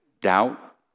doubt